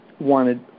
wanted